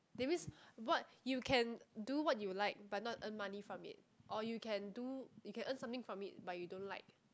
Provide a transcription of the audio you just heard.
that means what you can do what you like but not earn money from it or you can do you can earn something from it but you don't like